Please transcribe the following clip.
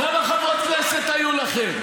כמה חברות כנסת היו לכם?